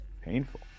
Painful